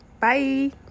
Bye